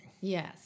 Yes